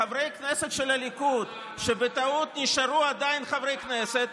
חברי כנסת של הליכוד שבטעות נשארו עדיין חברי כנסת,